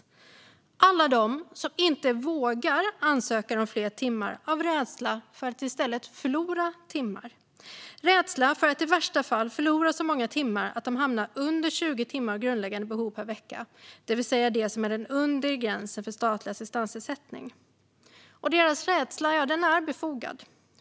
Det är alla de som inte vågar ansöka om fler timmar av rädsla för att i stället förlora timmar - rädsla för att i värsta fall förlora så många timmar att de hamnar under 20 timmar av grundläggande behov per vecka, det vill säga den undre gränsen för statlig assistansersättning. Deras rädsla är befogad.